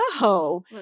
No